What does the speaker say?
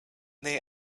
they